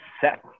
set